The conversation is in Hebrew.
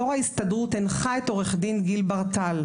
יו"ר ההסתדרות הנחה את עורך הדין גיל ברטל,